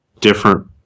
different